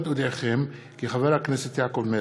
ירושלים, הכנסת, שעה